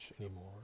anymore